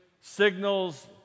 signals